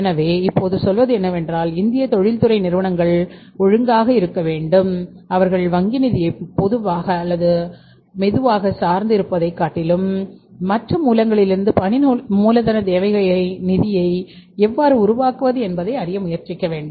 எனவே இப்போது சொல்வது என்னவென்றால் இந்தியத் தொழில்துறை நிறுவனங்கள் ஒழுக்கமாக இருக்க வேண்டும் அவர்கள் வங்கி நிதியை மெதுவாக சார்ந்து இருப்பதைக் காட்டிலும் மற்ற மூலங்களிலிருந்து பணி மூலதனத் தேவைக்கான நிதியை எவ்வாறு உருவாக்குவது என்பதை அறிய முயற்சிக்க வேண்டும்